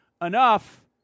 enough